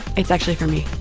it's actually for me